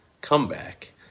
comeback